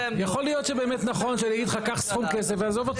יכול להיות שבאמת נכון שהוא יגיד לך קח סכום כסף ועזוב אותי.